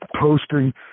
posting